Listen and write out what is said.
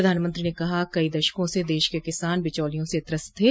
प्रधानमंत्री ने कहा कि कई दशकों से दश के किसान बिचौलियों से त्रस्त थे